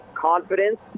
confidence